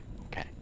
okay